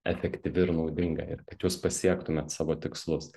efektyvi ir naudinga ir kad jūs pasiektumėt savo tikslus